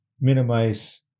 minimize